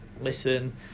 listen